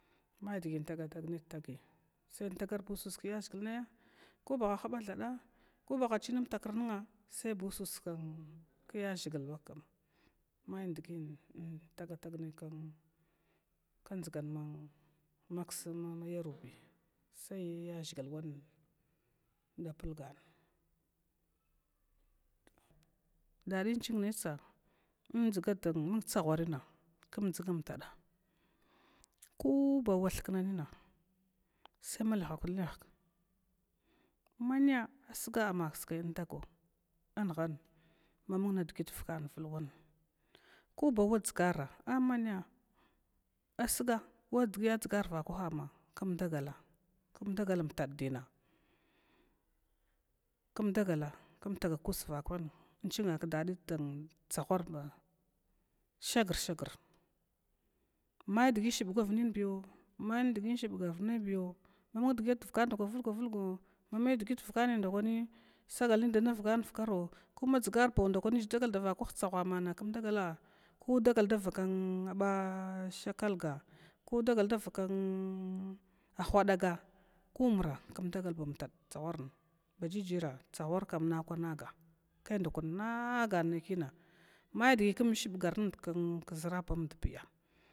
May dgintagane dtagi sai intaga uskiya ʒhigla naya kobaha huba thad ko aharchinamtakrm saibusus kan kyaʒhigal, bakam may ndgin tagatag nayi kdʒgan maksn mayarwini sai yaʒhigl wan da plgana, dadi inching naitsa dumung tsagharintsa km dʒgam tada kubawa thukna nina sai ma lihakut lihga, mana asga amma kskai nndagala anha mamung ndgt vakan vuluwa, kobau wadʒgara amma asga wadgi vakwah amma kumdagala kum dagal unta dina kum dagala km tagakusuakwahi inching kdadi dtsaghar ba shagr shagr, may dgi shubgwav ninbiyo mai dgo shubgarnai biyo mamung dgit vakan ndakwa vulgwa vulgwo mami digit vakan ndkani sagal da ndavgan vakaro, dʒgar banau ndakwi jida vakwa tsagha mama kmdagal ko dagal da vaka ba shakalga ko dagal da vaka whadaga, ko mura kmdagal bamtad dtsagharna tsagharkan nakwanaga kai ndakwan nagannekina mai dgi km shubgar numd kʒramdiya.